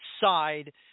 side